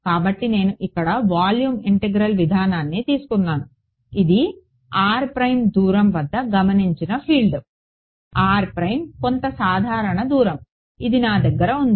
కాబట్టి నేను ఇక్కడ వాల్యూమ్ ఇంటిగ్రల్ విధానాన్ని తీసుకున్నాను ఇది దూరం వద్ద గమనించిన ఫీల్డ్ కొంత సాధారణ దూరం ఇది నా దగ్గర ఉన్నది